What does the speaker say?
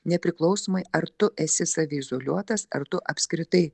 nepriklausomai ar tu esi saviizoliuotas ar tu apskritai